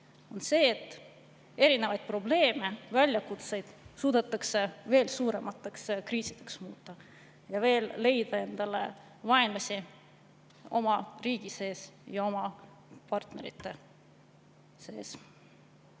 on see, et erinevaid probleeme ja väljakutseid suudetakse veel suuremaks kriisiks muuta ja leida endale veel vaenlasi oma riigi sees ja oma partnerite seas.